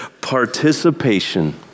Participation